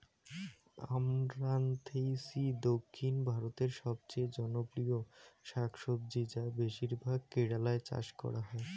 আমরান্থেইসি দক্ষিণ ভারতের সবচেয়ে জনপ্রিয় শাকসবজি যা বেশিরভাগ কেরালায় চাষ করা হয়